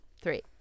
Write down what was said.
Three